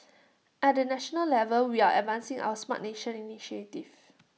at the national level we are advancing our Smart Nation initiative